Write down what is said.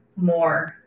More